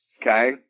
Okay